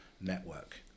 network